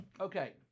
Okay